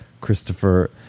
Christopher